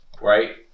right